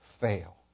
fail